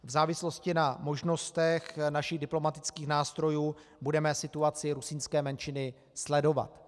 V závislosti na možnostech našich diplomatických nástrojů budeme situaci rusínské menšiny sledovat.